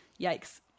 Yikes